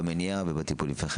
במניעה ובטיפול לפני כן.